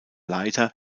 leiter